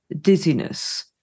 dizziness